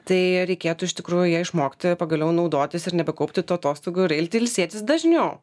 tai reikėtų iš tikrųjų ja išmokti pagaliau naudotis ir nebekaupti tų atostogų ir ilsėtis dažniau